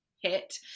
hit